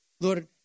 Lord